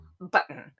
button